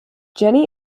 jenny